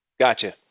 Gotcha